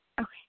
Okay